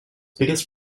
biggest